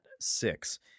six